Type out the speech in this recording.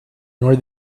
nor